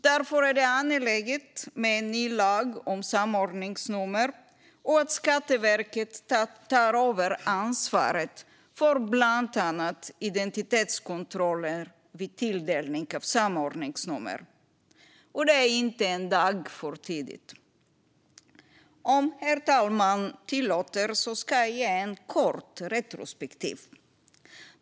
Därför är det angeläget med en ny lag om samordningsnummer och att Skatteverket tar över ansvaret för bland annat identitetskontroller vid tilldelningen av samordningsnummer. Och det är inte en dag för tidigt. Om talmannen tillåter ska jag ge en kort retrospektiv.